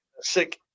sick